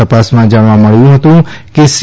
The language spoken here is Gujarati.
તપાસમાં જાણવા મળ્યુ હતું કે સી